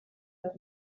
les